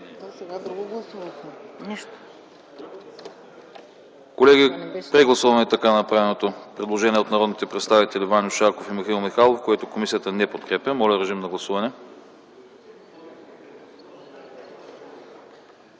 Колеги, прегласуваме така направеното предложение от народните представители Ваньо Шарков и Михаил Михайлов, което комисията не подкрепя. Моля, режим на гласуване.